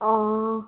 অঁ